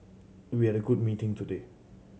we had a good meeting today